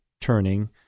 turning